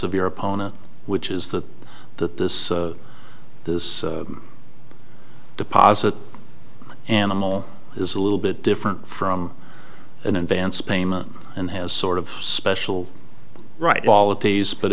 of your opponent which is that that this this deposit animal is a little bit different from an advance payment and has sort of special right all the t s but